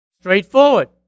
straightforward